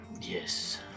Yes